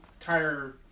entire